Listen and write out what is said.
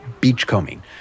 beachcombing